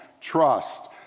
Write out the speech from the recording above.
trust